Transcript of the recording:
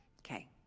Okay